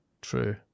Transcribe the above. True